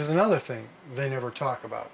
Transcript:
is another thing they never talk about